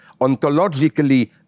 ontologically